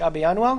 השיעורים בטלים?